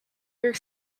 york